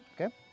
Okay